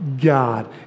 God